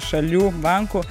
šalių bankų